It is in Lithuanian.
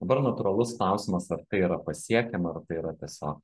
dabar natūralus klausimas ar tai yra pasiekiama ar tai yra tiesiog